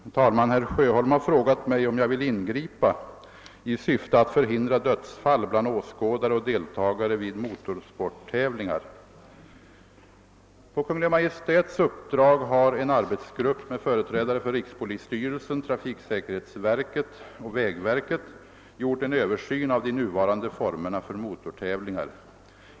Herr talman! Herr Sjöholm har frågat mig om jag vill ingripa i syfte att förhindra dödsfall bland åskådare och deltagare vid motorsporttävlingar. På Kungl. Maj:ts uppdrag har en arbetsgrupp med företrädare för rikspolisstyrelsen, trafiksäkerhetsverket och vägverket gjort en översyn av de nuvarande formerna för motortävlingar.